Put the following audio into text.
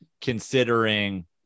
considering